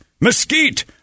mesquite